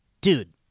dude